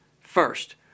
First